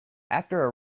after